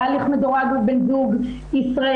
היה הליך מדורג לבן זוג ישראלי,